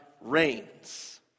reigns